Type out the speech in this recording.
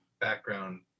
background